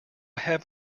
have